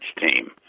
team